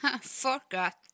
forgot